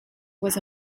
was